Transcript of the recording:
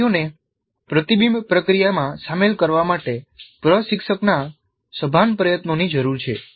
વિદ્યાર્થીઓને પ્રતિબિંબ પ્રક્રિયામાં સામેલ કરવા માટે પ્રશિક્ષકના સભાન પ્રયત્નોની જરૂર છે